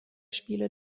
spiele